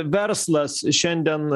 verslas šiandien